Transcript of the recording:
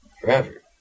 forever